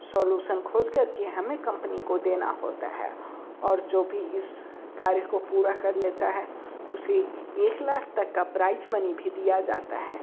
solution खोज कर के हमें कम्पनी को देना होता है और जो भी इस कार्य को पूरा कर लेता है उसे एक लाख तक का प्राइज मनी भी दिया जाता है